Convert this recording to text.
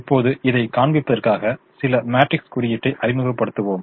இப்போது இதைக் காண்பிப்பதற்காக சில மேட்ரிக்ஸ் குறியீட்டை அறிமுகப்படுத்துவோம்